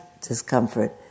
discomfort